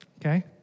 Okay